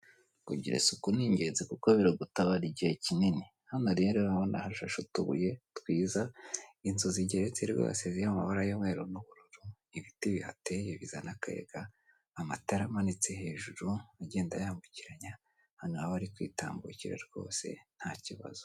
Kugira isuku ni ingenzi kuko biragutabara igihe kinini. Hano rero ubona hashashe utubuye twiza, inzu zigeretse rwose ziri mu mabara y'umweru n'ubururu. Ibiti bihateye bizana akagayaga, amatara amanitse hejuru agenda yambukiranya, abantu baba bari kwitambukira rwose ntakibazo.